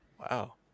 wow